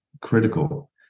critical